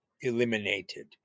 eliminated